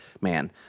man